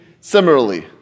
Similarly